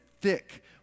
thick